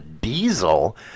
diesel